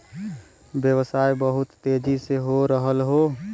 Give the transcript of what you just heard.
व्यवसाय बहुत तेजी से हो रहल हौ